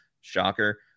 Shocker